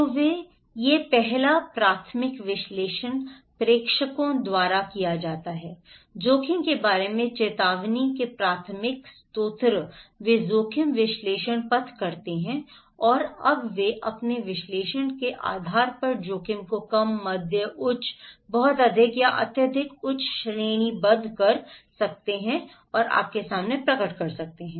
तो ये पहला प्राथमिक विश्लेषण प्रेषकों द्वारा किया जाता है जोखिम के बारे में चेतावनी के प्राथमिक स्रोत वे जोखिम विश्लेषण पथ करते हैं और अब वे अपने विश्लेषण के आधार पर जोखिम को कम मध्यम उच्च बहुत अधिक या अत्यधिक उच्च श्रेणीबद्ध कर सकते हैं और आप कर सकते हैं